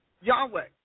Yahweh